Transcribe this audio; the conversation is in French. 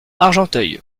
argenteuil